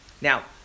Now